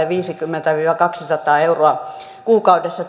viisikymmentä viiva kaksisataa euroa kuukaudessa